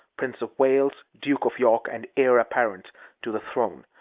prince of wales, duke of york, and heir-apparent to the throne.